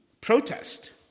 protest